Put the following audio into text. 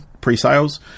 pre-sales